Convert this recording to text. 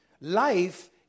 Life